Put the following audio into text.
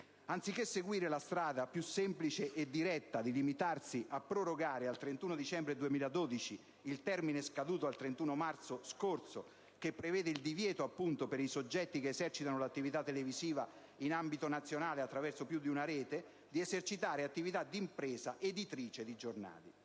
Anziché seguire la strada più semplice e diretta di limitarsi a prorogare al 31 dicembre 2012 il termine scaduto il 31 marzo scorso, che prevede il divieto per i soggetti che esercitano un'attività televisiva in ambito nazionale attraverso più di una rete di esercitare attività di impresa editrice di giornali,